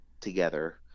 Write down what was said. together